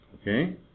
okay